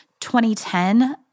2010